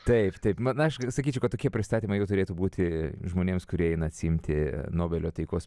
taip taip man aišku sakyčiau kad tokie pristatymai jau turėtų būti žmonėms kurie eina atsiimti nobelio taikos